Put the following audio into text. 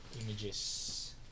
Images